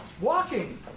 walking